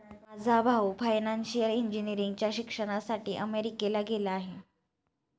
माझा भाऊ फायनान्शियल इंजिनिअरिंगच्या शिक्षणासाठी अमेरिकेला गेला आहे